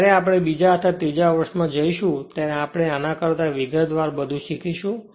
જ્યારે આપણે બીજા અથવા ત્રીજા વર્ષમાં જઈશું ત્યારે આપણે આના કરતાં વિગતવાર બધું શીખીશું